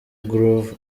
groove